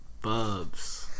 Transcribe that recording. Bubs